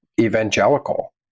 evangelical